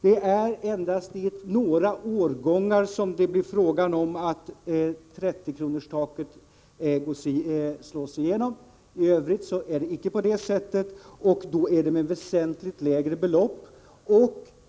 Det är endast i fråga om några övergångar som 30-kronorstaket slås igenom, och i övrigt blir beloppen väsentligt lägre.